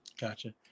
Gotcha